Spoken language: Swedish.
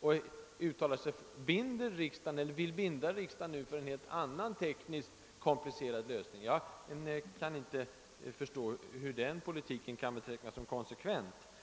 De vill nu alltså binda riksdagen för en helt annan och tekniskt sett mer komplicerad lösning. Jag kan inte förstå hur den politiken kan betecknas som konsekvent.